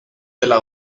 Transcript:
della